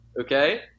Okay